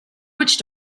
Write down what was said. witch